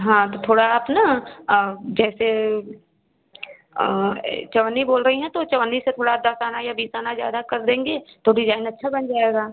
हाँ तो थोड़ा आप ना जैसे चवन्नी बोल रही हैं तो चवन्नी से थोड़ा दस आना या बीस आना ज़्यादा कर देंगे तो डिजाइन अच्छा बन जाएगा